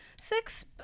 six